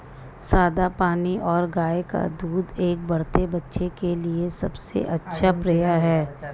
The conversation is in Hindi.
सादा पानी और गाय का दूध एक बढ़ते बच्चे के लिए सबसे अच्छा पेय हैं